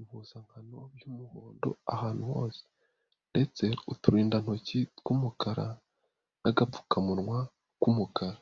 impuzankano y'umuhondo ahantu hose ndetse uturindantoki tw'umukara n'agapfukamunwa k'umukara